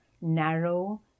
narrow